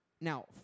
now